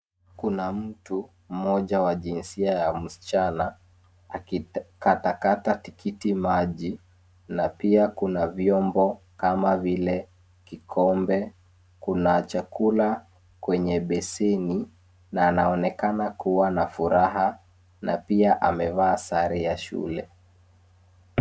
Kuna mtu mmoja wa jinsia ya msichana akikatakata tikiti maji na pia kuna vyombo kama vile kikombe. Kuna chakula kwenye beseni na anaonekana kuwa na furaha na pia amevaa sare ya shule.